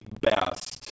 best